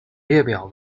列表